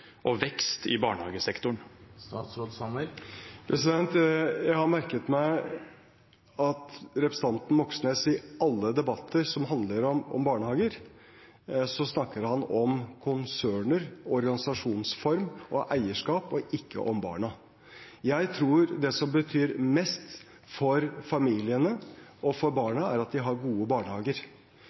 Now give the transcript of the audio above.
og vekst i barnehagesektoren? Jeg har merket meg at representanten Moxnes i alle debatter som handler om barnehager, snakker om konserner, organisasjonsform og eierskap, ikke om barna. Jeg tror det som betyr mest for familiene og for barna, er at de har gode barnehager.